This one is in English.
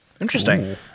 Interesting